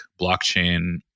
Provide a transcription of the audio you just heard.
blockchain